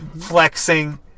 flexing